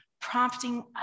prompting